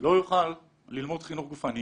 לא יוכל ללמוד חינוך גופני